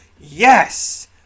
Yes